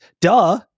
Duh